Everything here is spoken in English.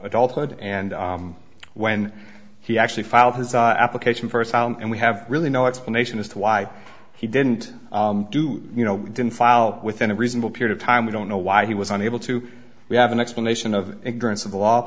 adulthood and when he actually filed his application for asylum and we have really no explanation as to why he didn't do you know didn't file within a reasonable period of time we don't know why he was unable to have an explanation of ignorance of the law